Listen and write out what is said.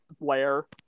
Blair